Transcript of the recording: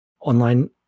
Online